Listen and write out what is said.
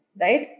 right